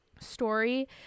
story